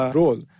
role